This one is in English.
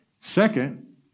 Second